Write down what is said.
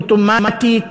אוטומטית,